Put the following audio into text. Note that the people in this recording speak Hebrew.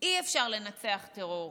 אי-אפשר לנצח טרור,